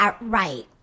Right